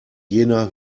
jener